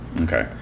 okay